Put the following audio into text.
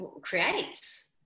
creates